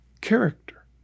character